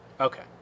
Okay